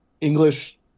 English